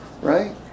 Right